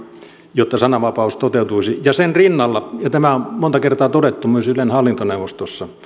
jotta sananvapaus toteutuisi ja sen rinnalla ja tämä on monta kertaa todettu myös ylen hallintoneuvostossa